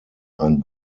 ein